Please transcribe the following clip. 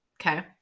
okay